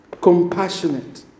compassionate